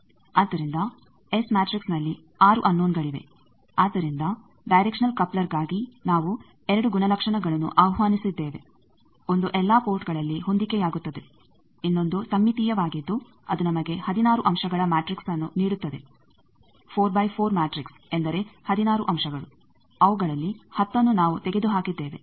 ಆದ್ದರಿಂದ ಎಸ್ ಮ್ಯಾಟ್ರಿಕ್ಸ್ನಲ್ಲಿ 6 ಅನ್ನೋನಗಳಿವೆ ಆದ್ದರಿಂದ ಡೈರೆಕ್ಷನಲ್ ಕಪ್ಲರ್ಗಾಗಿ ನಾವು 2 ಗುಣಲಕ್ಷಣಗಳನ್ನು ಆಹ್ವಾನಿಸಿದ್ದೇವೆ ಒಂದು ಎಲ್ಲಾ ಪೋರ್ಟ್ ಗಳಲ್ಲಿ ಹೊಂದಿಕೆಯಾಗುತ್ತದೆ ಇನ್ನೊಂದು ಸಮ್ಮಿತೀಯವಾಗಿದ್ದು ಅದು ನಮಗೆ 16 ಅಂಶಗಳ ಮ್ಯಾಟ್ರಿಕ್ಸ್ ಅನ್ನು ನೀಡುತ್ತದೆ 4 ಬೈ 4 ಮ್ಯಾಟ್ರಿಕ್ಸ್ ಎಂದರೆ 16 ಅಂಶಗಳು ಅವುಗಳಲ್ಲಿ 10ನ್ನು ನಾವು ತೆಗೆದುಹಾಕಿದ್ದೇವೆ